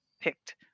picked